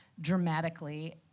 dramatically